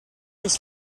his